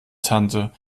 tante